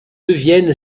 devienne